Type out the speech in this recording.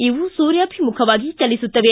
ಇವು ಸೂರ್ಯಾಭಿಮುಖವಾಗಿ ಚಲಿಸುತ್ತವೆ